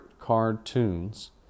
cartoons